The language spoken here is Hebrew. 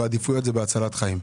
והעדיפות היא הצלת חיים.